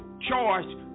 choice